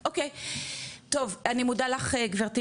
אוקי, טוב אני מודה לך גברתי